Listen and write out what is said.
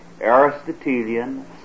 Aristotelian